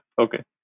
Okay